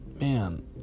man